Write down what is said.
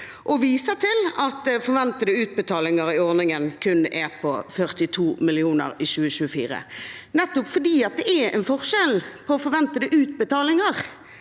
og at forventede utbetalinger i ordningen kun er på 42 mill. kr i 2024, nettopp fordi det er en forskjell på forventede utbetalinger